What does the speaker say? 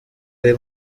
ari